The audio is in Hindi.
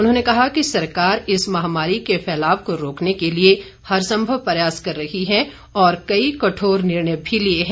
उन्होंने कहा कि सरकार इस महामारी के फैलाव को रोकने के लिए हर सम्भव प्रयास कर रही है और कई कठोर निर्णय भी लिए हैं